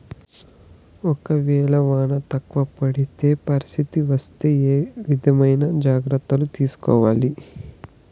ఒక వేళ వాన తక్కువ పడే పరిస్థితి వస్తే ఏ విధమైన జాగ్రత్తలు తీసుకోవాలి?